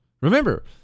Remember